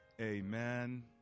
amen